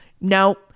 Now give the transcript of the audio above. no